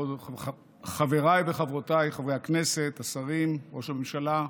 חבריי וחברותיי חברי הכנסת, השרים, ראש הממשלה,